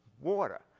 water